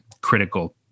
critical